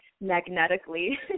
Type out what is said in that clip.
magnetically